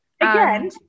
Again